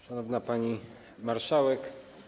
Szanowna Pani Marszałek!